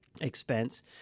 expense